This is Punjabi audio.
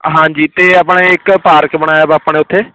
ਹਾਂਜੀ ਅਤੇ ਆਪਣੇ ਇੱਕ ਪਾਰਕ ਬਣਾਇਆ ਵਾ ਆਪਾਂ ਨੇ ਉੱਥੇ